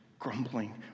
Grumbling